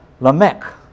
Lamech